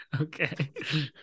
okay